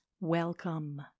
Welcome